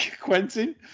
Quentin